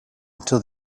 until